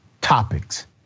topics